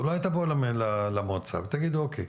אולי תבוא למועצה ותגיד אוקיי,